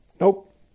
Nope